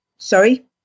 Sorry